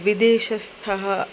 विदेशस्थः